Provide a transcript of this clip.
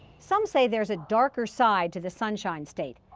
some say there's a darker side to the sunshine state,